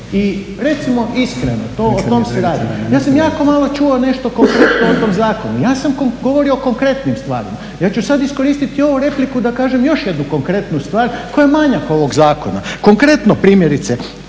I recimo iskreno, o tom se radi. Ja sam jako malo čuo nešto konkretno o tom zakonu, ja sam govorio o konkretnim stvarima. Ja ću sad iskoristiti ovu repliku da kažem još jednu konkretnu stvar koja je manjak ovog zakona, konkretno primjerice